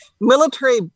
military